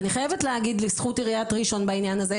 אני חייבת להגיד לזכות עיריית ראשון בעניין הזה,